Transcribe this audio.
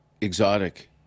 exotic